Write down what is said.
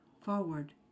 forward